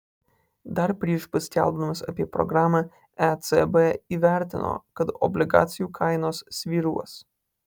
dar prieš paskelbdamas apie programą ecb įvertino kad obligacijų kainos svyruos